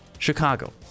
Chicago